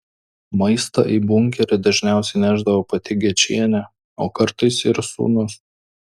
maistą į bunkerį dažniausiai nešdavo pati gečienė o kartais ir sūnus